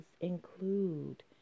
include